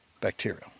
bacterial